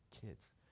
kids